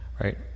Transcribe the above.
right